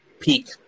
Peak